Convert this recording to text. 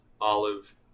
olive